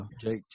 Jake